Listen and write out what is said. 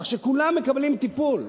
כך שכולם מקבלים טיפול,